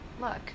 look